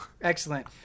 Excellent